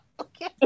Okay